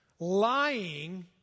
lying